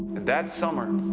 and that summer,